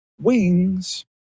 wings